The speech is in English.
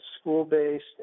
school-based